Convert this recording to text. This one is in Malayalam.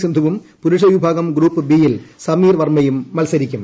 സിന്ധുവുര് പ്പുരുഷ വിഭാഗം ഗ്രൂപ്പ് ബി യിൽ സമീർ വർമ്മയും മത്സരിക്കും